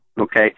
okay